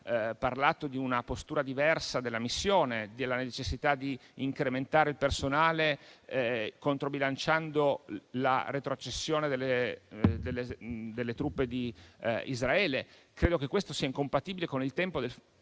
parlato di una postura diversa della missione, della necessità di incrementare il personale, controbilanciando la retrocessione delle truppe di Israele. Credo che questo sia incompatibile con il tempo e